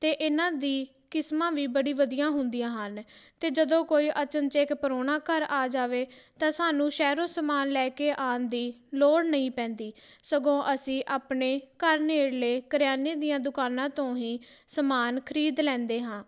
ਅਤੇ ਇਹਨਾਂ ਦੀ ਕਿਸਮਾਂ ਵੀ ਬੜੀ ਵਧੀਆ ਹੁੰਦੀਆਂ ਹਨ ਅਤੇ ਜਦੋਂ ਕੋਈ ਅਚਨਚੇਤ ਪ੍ਰਾਹੁਣਾ ਘਰ ਆ ਜਾਵੇ ਤਾਂ ਸਾਨੂੰ ਸ਼ਹਿਰੋ ਸਮਾਨ ਲੈ ਕੇ ਆਉਣ ਦੀ ਲੋੜ ਨਹੀਂ ਪੈਂਦੀ ਸਗੋਂ ਅਸੀਂ ਆਪਣੇ ਘਰ ਨੇੜਲੇ ਕਰਿਆਨੇ ਦੀਆਂ ਦੁਕਾਨਾਂ ਤੋਂ ਹੀ ਸਮਾਨ ਖਰੀਦ ਲੈਂਦੇ ਹਾਂ